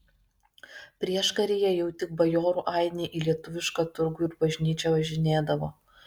prieškaryje jau tik bajorų ainiai į lietuvišką turgų ir bažnyčią važinėdavo